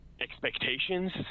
expectations